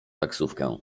taksówkę